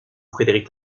frédéric